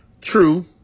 True